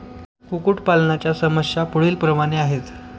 कुक्कुटपालनाच्या समस्या पुढीलप्रमाणे आहेत